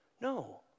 No